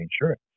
insurance